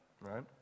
right